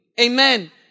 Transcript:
Amen